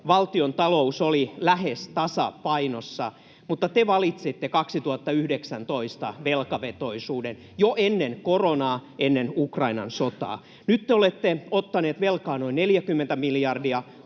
valtiontalous oli lähes tasapainossa, mutta te valitsitte 2019 velkavetoisuuden, jo ennen koronaa, ennen Ukrainan sotaa. Nyt te olette ottaneet velkaa noin 40 miljardia,